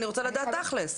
אני רוצה לדעת תכל'ס.